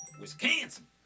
Wisconsin